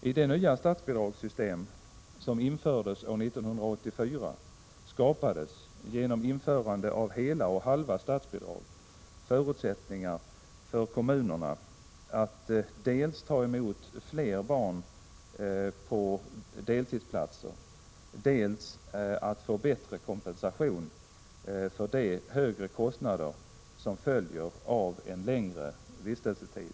I det nya statsbidragssystem som infördes år 1984 skapades, genom införande av hela och halva statsbidrag, förutsättningar för kommunerna dels att ta emot fler barn på deltidsplatser, dels att få bättre kompensation för de högre kostnader som följer av en längre vistelsetid.